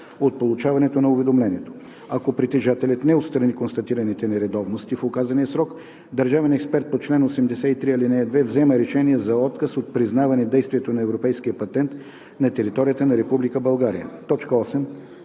от получаването на уведомлението. Ако притежателят не отстрани констатираните нередовности в указания срок, държавен експерт по чл. 83, ал. 2 взема решение за отказ от признаване действието на европейския патент на територията на